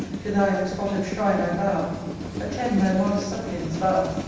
to thy unspotted shrine i bow attend thy modest suppliant's vow,